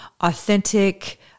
authentic